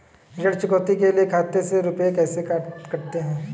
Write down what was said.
ऋण चुकौती के लिए खाते से रुपये कैसे कटते हैं?